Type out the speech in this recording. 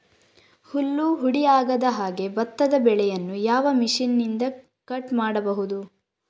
ಹುಲ್ಲು ಹುಡಿ ಆಗದಹಾಗೆ ಭತ್ತದ ಬೆಳೆಯನ್ನು ಯಾವ ಮಿಷನ್ನಿಂದ ಕಟ್ ಮಾಡಬಹುದು?